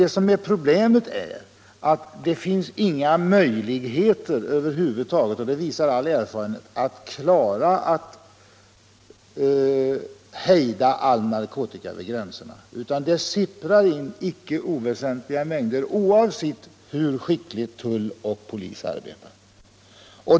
Men problemet är att det inte finns några möjligheter — det visar all erfarenhet — att hejda all narkotika att komma över gränserna. Det sipprar in icke oväsentliga mängder oavsett hur skickligt tull och polis arbetar.